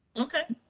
okay.